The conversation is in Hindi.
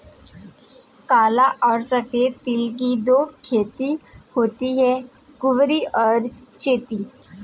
काला और सफेद तिल की दो फसलें होती है कुवारी और चैती